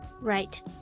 Right